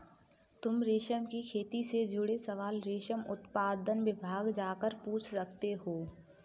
तुम रेशम की खेती से जुड़े सवाल रेशम उत्पादन विभाग जाकर भी पूछ सकते हो